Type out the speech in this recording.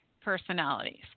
personalities